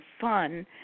fun